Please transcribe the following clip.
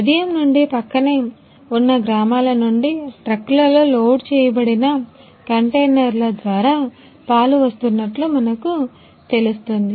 ఉదయం నుండి ప్రక్కనే ఉన్న గ్రామాల నుండి ట్రక్కులలో లోడ్ చేయబడిన కంటైనర్ల ద్వారా పాలు వస్తున్నట్లు మనకు తెలుస్తుంది